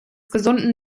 gesunden